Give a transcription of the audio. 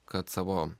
kad savo